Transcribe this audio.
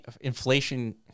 inflation